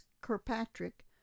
Kirkpatrick